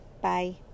Bye